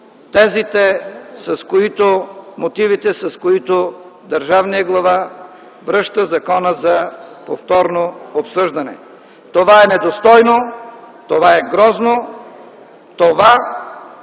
аргумент срещу мотивите, с които държавният глава връща закона за повторно обсъждане. Това е недостойно, това е грозно, това няма нищо